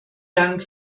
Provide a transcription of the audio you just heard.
dank